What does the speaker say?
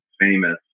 famous